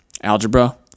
algebra